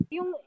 Yung